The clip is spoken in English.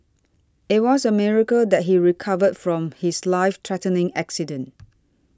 it was a miracle that he recovered from his life threatening accident